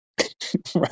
right